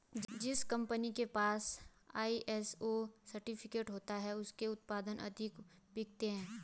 जिस कंपनी के पास आई.एस.ओ सर्टिफिकेट होता है उसके उत्पाद अधिक बिकते हैं